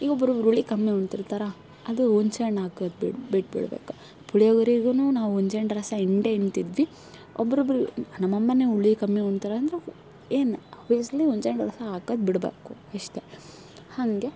ಈಗ ಒಬ್ಬರು ಹುಳಿ ಕಮ್ಮಿ ಉಣ್ತಿರ್ತಾರಾ ಅದು ಹುಣಸೆ ಹಣ್ಣು ಹಾಕೋದು ಬಿಡು ಬಿಟ್ಬಿಡಬೇಕು ಪುಳಿಯೋಗರೆಗೂ ನಾವು ಹುಣ್ಸೆ ಹಣ್ಣು ರಸ ಹಿಂಡೇ ಹಿಂಡ್ತಿದ್ವಿ ಒಬ್ರೊಬ್ರು ನಮ್ಮಮ್ಮನೇ ಹುಳಿ ಕಮ್ಮಿ ಉಣ್ತಾರಂದ್ರೆ ಏನು ಆಬಿಯಸ್ಲೀ ಹುಣ್ಸೆ ಹಣ್ಣು ರಸ ಹಾಕೋದು ಬಿಡಬೇಕು ಇಷ್ಟೆ ಹಾಗೆ